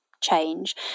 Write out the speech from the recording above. change